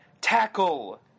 tackle